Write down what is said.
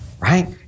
right